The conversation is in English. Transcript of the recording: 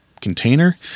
container